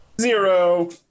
zero